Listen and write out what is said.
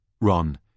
Ron